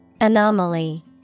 Anomaly